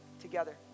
together